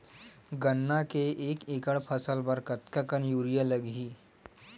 गन्ना के एक एकड़ फसल बर कतका कन यूरिया लगही?